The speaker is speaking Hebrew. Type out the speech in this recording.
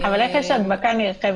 אבל איך יש הדבקה נרחבת?